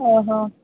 ଓହୋ